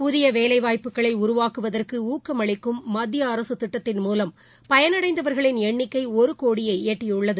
புதிய வேலைவாய்ப்புகளை உருவாக்குவதற்கு ஊக்கமளிக்கும் மத்திய அரசு திட்டத்தின் மூலம் பயனடைந்தவர்களின் எண்ணிக்கை ஒரு கோடியை எட்டியுள்ளது